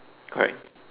alright